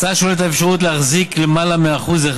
ההצעה שוללת את האפשרות להחזיק למעלה מ-1%